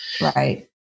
Right